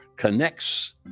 connects